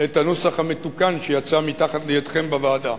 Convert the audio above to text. את הנוסח המתוקן שיצא מתחת ידיכם בוועדה,